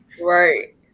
Right